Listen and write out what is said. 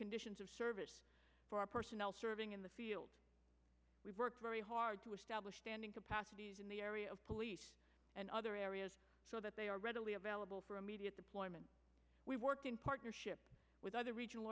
conditions of service for our personnel serving in the field we work very hard to establish standing capacities in the area of police and other areas so that they are readily available for immediate deployment we work in partnership with other regional